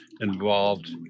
involved